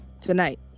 tonight